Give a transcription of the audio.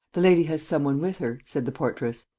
the lady has some one with her, said the portress.